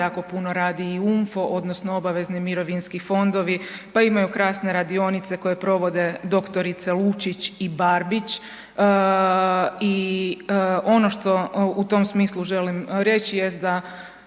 jako puno radi i UMFO, odnosno obavezni mirovinski fondovi, pa imaju krasne radionice koje provede dr. Lučić i Barbić i ono što u tom smislu želim reći je to